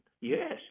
Yes